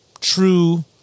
true